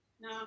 no